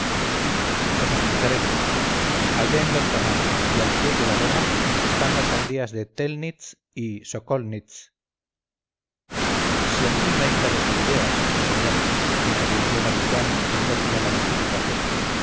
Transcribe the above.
os explicaré bien allá en lontananza y al pie de la loma están las aldeas de telnitz y sokolnitz si aquí no hay tales aldeas señor interrumpió marijuán indócil a la